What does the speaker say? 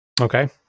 Okay